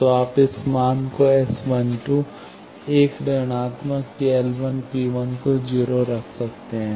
तो आप इस मान को S12 1 ऋणात्मक कि L P1 को 0 रख सकते हैं